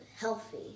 healthy